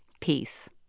Peace